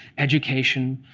education,